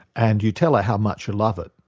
and you tell her how much you love it,